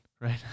right